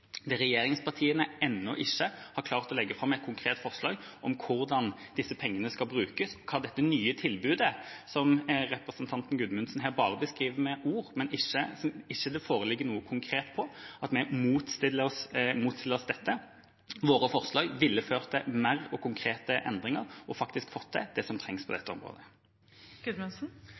regjeringspartiene ennå ikke har klart å legge fram et konkret forslag om hvordan disse pengene skal brukes, og hva dette nye tilbudet er, som representanten Gudmundsen her bare beskriver med ord, og som det ikke foreligger noe konkret på. Våre forslag ville ført til flere og konkrete endringer, slik at en faktisk hadde fått til det som trengs på dette